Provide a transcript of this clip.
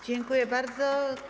Dziękuję bardzo.